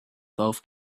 golf